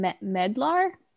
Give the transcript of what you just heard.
medlar